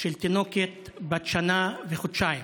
של תינוקת בת שנה וחודשיים,